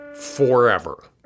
forever